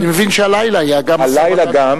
אני מבין שהלילה היה גם, נכון.